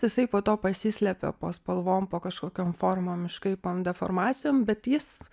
jisai po to pasislepė po spalvom po kažkokiom formom iškraipom deformacijom bet jis